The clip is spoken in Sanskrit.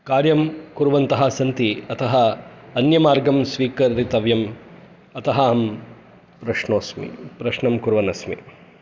कार्यं कुर्वन्तः सन्ति अतः अन्यमार्गं स्वीकर्तव्यम् अतः अहं प्रश्नोस्मि प्रश्नं कुर्वन् अस्मि